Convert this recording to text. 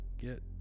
Get